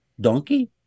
donkey